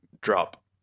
drop